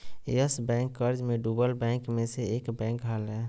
yes bank कर्ज मे डूबल बैंक मे से एक बैंक हलय